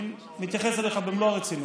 אני מתייחס אליך במלוא הרצינות.